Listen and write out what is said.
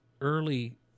early